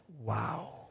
wow